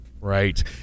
Right